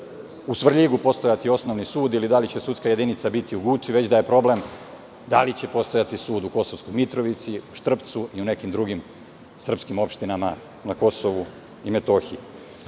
u Svrljigu postojati osnovni sud ili da li će sudska jedinica biti u Guči, već da je problem da li će postojati sud u Kosovskoj Mitrovici, Štrpcu i u nekim drugim srpskim opštinama na Kosovu i Metohiji. Možda